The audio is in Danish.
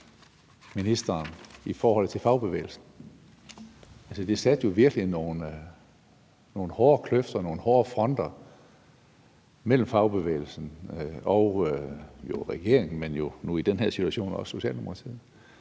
i forhold til fagbevægelsen. Det skabte jo virkelig nogle dybe kløfter og nogle hårde fronter mellem fagbevægelsen og regeringen og jo i den her situation også Socialdemokratiet.